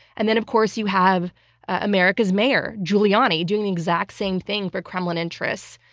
and then, of course, you have america's mayor, giuliani, doing the exact same thing for kremlin interests,